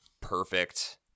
perfect